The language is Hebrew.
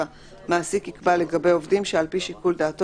מעסיק יקבע לגבי עובדים שעל פי שיקול דעתו